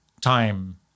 time